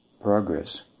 progress